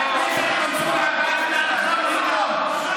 מנסור עבאס, נא לחזור למקום.